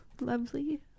lovely